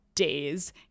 days